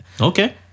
Okay